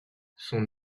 son